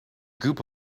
group